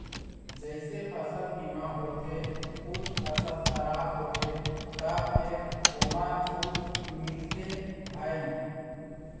जइसे फसल बीमा होथे कुछ फसल खराब होथे त फेर ओमा छूट मिलथे भई